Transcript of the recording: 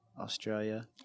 Australia